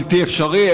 בלתי אפשרי,